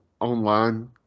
online